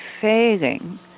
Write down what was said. fading